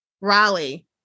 raleigh